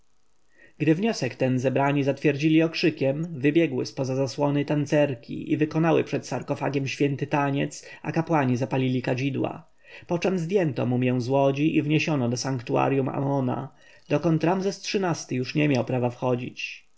gdy wniosek ten zebrani zatwierdzili okrzykiem wybiegły z poza zasłony tancerki i wykonały przed sarkofagiem święty taniec a kapłani zapalili kadzidła poczem zdjęto mumję z łodzi i wniesiono do sanktuarjum amona dokąd ramzes xiii-ty już nie miał prawa wchodzić